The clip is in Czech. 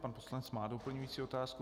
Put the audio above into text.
Pan poslanec má doplňující otázku.